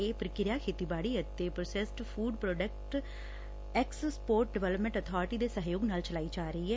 ਇਹ ਪ੍ਕਿਰਿਆ ਖੇਤੀਬਾੜੀ ਅਤੇ processed food products export development authority ਦੇ ਸਹਿਯੋਗ ਨਾਲ ਚਲਾਈ ਜਾ ਰਹੀ ਏ